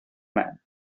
man